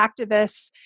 activists